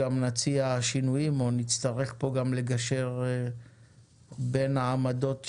נציע שינויים או נצטרך לגשר בין העמדות שנשמע.